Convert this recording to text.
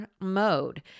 mode